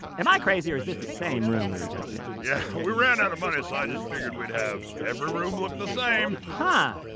am i crazy, or is this the same room we were just in? yeah, we ran out of money, so i just figured we'd have every room look the same. huh.